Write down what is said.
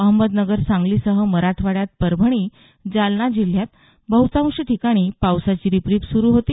अहमदनगर सांगलीसह मराठवाड्यात परभणीजालना जिल्ह्यात बहतांश ठिकाणी पावसाची रिपरीप सुरु होती